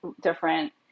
different